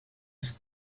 est